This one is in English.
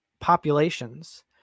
populations